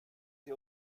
sie